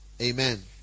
amen